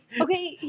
Okay